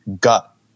gut